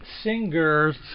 singers